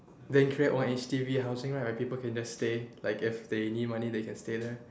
then create one H_D_B housing lah where people can just stay like if they need money they can just stay there